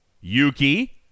Yuki